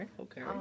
okay